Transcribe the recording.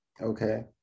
okay